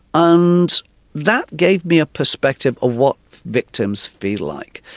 and that gave me a perspective of what victims feel like.